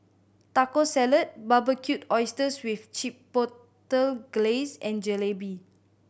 Taco Salad Barbecued Oysters with Chipotle Glaze and Jalebi